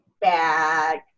bag